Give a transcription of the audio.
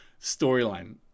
storyline